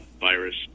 virus